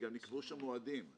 וגם נקבעו שם מועדים.